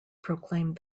proclaimed